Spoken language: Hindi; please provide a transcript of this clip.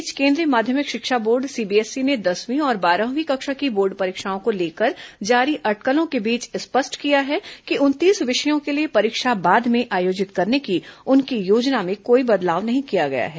इस बीच केन्द्रीय माध्यमिक शिक्षा बोर्ड सीबीएसई ने दसवीं और बारहवीं कक्षा की बोर्ड परीक्षाओं को लेकर जारी अटकलों के बीच स्पष्ट किया है कि उनतीस विषयों के लिए परीक्षा बाद में आयोजित करने की उसकी योजना में कोई बदलाव नहीं किया गया है